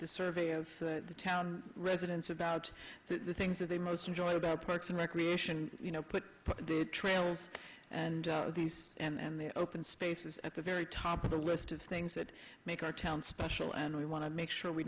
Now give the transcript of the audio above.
the survey of the town residents about the things that they most enjoy about parks and recreation you know put trails and these and the open spaces at the very top of the list of things that make our town special and we want to make sure we